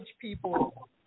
people